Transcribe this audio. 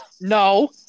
No